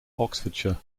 oxfordshire